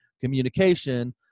communication